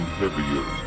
heavier